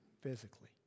physically